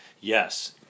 Yes